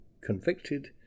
convicted